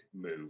move